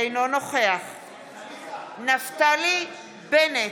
אינו נוכח נפתלי בנט,